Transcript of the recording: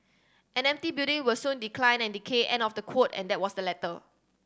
an empty building will soon decline and decay end of the quote and that was the letter